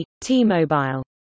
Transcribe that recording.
T-Mobile